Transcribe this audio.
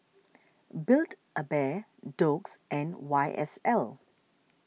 build A Bear Doux and Y S L